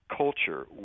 culture